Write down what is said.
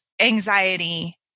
anxiety